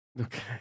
Okay